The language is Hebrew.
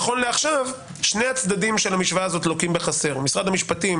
נכון לעכשיו שני הצדדים של המשוואה הזו לוקחים בחסר משרד המשפטים